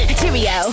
cheerio